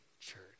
church